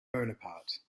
bonaparte